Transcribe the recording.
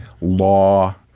law